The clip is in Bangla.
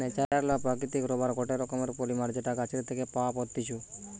ন্যাচারাল বা প্রাকৃতিক রাবার গটে রকমের পলিমার যেটা গাছের থেকে পাওয়া পাত্তিছু